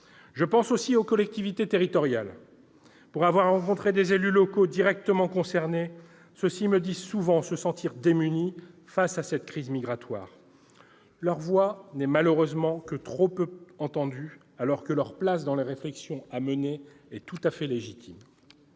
Je pense aussi aux collectivités territoriales. Les élus locaux directement concernés me disent souvent se sentir démunis face à cette crise migratoire. Leur voix n'est malheureusement que trop peu entendue, alors que leur place dans les réflexions à mener est tout à fait légitime.